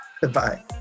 goodbye